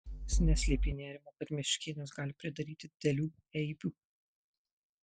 jis neslėpė nerimo kad meškėnas gali pridaryti didelių eibių